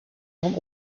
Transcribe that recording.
van